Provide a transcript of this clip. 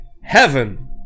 heaven